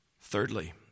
Thirdly